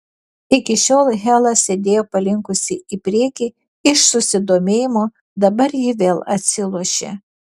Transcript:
iki šiol hela sėdėjo palinkusi į priekį iš susidomėjimo dabar ji vėl atsilošė